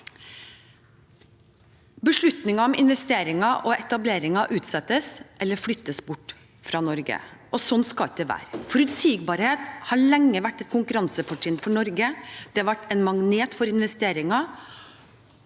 Beslutninger om investeringer og etableringer utsettes eller flyttes bort fra Norge, og sånn skal det ikke være. Forutsigbarhet har lenge vært et konkurransefortrinn for Norge. Det har vært en magnet for investeringer